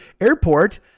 airport